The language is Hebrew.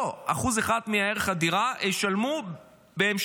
לא, 1% אחד מערך הדירה ישלמו בהמשך.